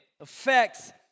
affects